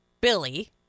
Billy